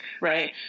right